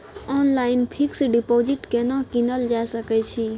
Online fix deposit केना कीनल जा सकै छी?